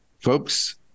folks